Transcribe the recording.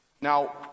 Now